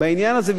בעניין הזה,